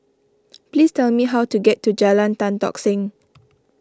please tell me how to get to Jalan Tan Tock Seng